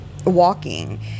walking